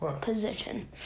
position